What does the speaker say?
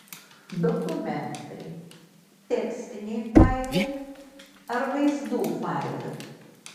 dokumentai tekstiniai failai ar vaizdų failai